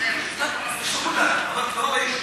תגיד.